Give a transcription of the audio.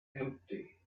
empty